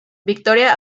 victoria